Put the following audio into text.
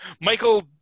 michael